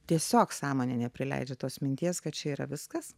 tiesiog sąmonė neprileidžia tos minties kad čia yra viskas